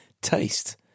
taste